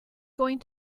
going